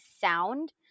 sound